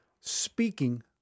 speaking